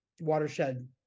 watershed